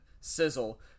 sizzle